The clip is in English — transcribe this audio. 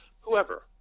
whoever